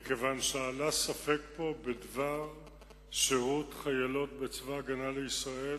מכיוון שעלה ספק פה בדבר שירות חיילות בצבא-הגנה לישראל